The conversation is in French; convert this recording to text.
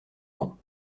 vent